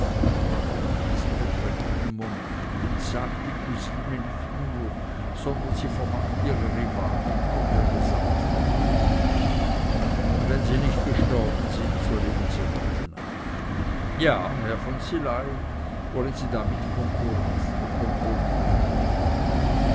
aber in diesem bedrängten moment entsagt die cousine nicht nur sondern vermacht ihrer rivalin auch ihr gesamtvermögen und wenn sie nicht gestorben sind so leben sie heute noch ja herr von szilagy wollen sie damit konkurrieren